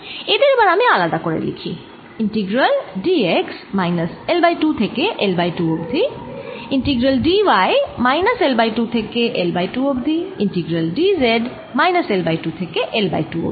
এদের এবার আমি আলাদা করে লিখি integral d x minus L by 2 থেকে L বাই 2 অবধি integral d y minus L by 2 থেকে L বাই 2 অবধি integral d z minus L by 2 থেকে L বাই 2 অবধি